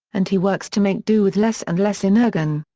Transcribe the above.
and he works to make do with less and less energon.